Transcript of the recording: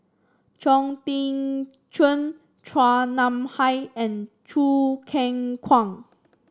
Chong Tze Chien Chua Nam Hai and Choo Keng Kwang